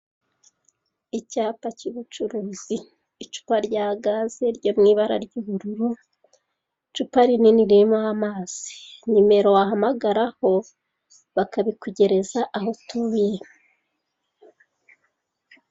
Icyapa cy'ubucuruzi icupa ryagaze ryo mu ibara ry'ubururu, icupa rinini ririmo amazi, nimero wahamagaraho bakabikugereza aho utuye.